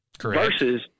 versus